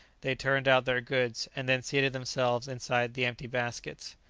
they turned out their goods, and then seated themselves inside the empty baskets.